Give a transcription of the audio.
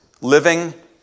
living